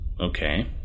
Okay